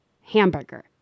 hamburger